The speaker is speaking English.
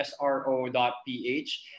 sro.ph